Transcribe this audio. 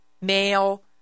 male